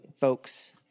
folks